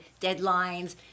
deadlines